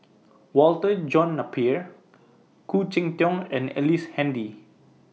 Walter John Napier Khoo Cheng Tiong and Ellice Handy